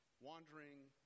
wandering